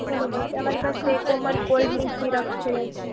બરોબર છે અમારી પાસે કોમન કોલ્ડની સિરપ છે